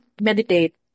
meditate